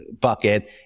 bucket